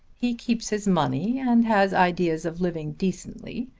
he keeps his money and has ideas of living decently.